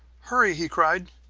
hurry! he cried.